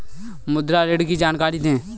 मुद्रा ऋण की जानकारी दें?